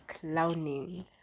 clowning